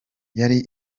yari